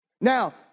Now